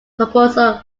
proposal